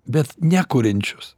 bet nekuriančius